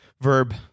Verb